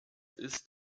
ist